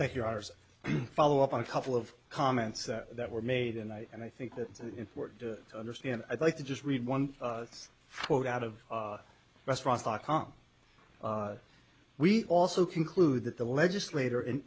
thank you hours follow up on a couple of comments that were made and i and i think that it's important to understand i'd like to just read one float out of restaurant dot com we also conclude that the legislator and